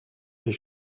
est